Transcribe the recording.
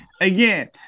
again